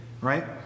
right